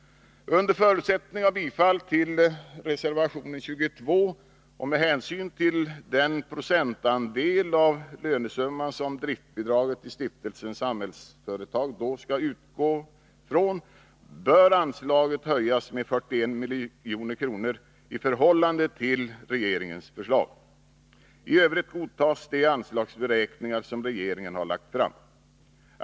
Under förutsättning av bifall till reservation 22 och med hänsyn till den procentandel av lönesumman som driftsbidraget till Stiftelsen Samhällsföretag då skall utgå från, bör anslaget höjas med 41 milj.kr. i förhållande till regeringens förslag. I övrigt godtas de anslagsberäkningar som regeringen har lagt fram.